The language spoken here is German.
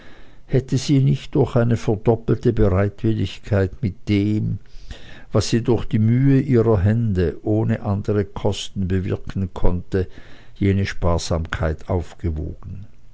hätte sie nicht durch eine verdoppelte bereitwilligkeit mit dem was sie durch die mühe ihrer hände ohne andere kosten bewirken konnte jene herbe sparsamkeit aufgewogen